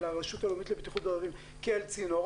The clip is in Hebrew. לרשות הלאומית לבטיחות בדרכים כאל צינור,